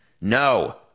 No